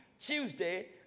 Tuesday